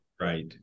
Right